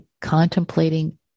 contemplating